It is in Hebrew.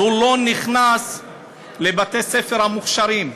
אז הוא לא נכנס לבתי-ספר המוכש"רים,